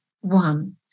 one